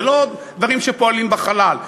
וזה לא דברים שפועלים בחלל.